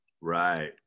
Right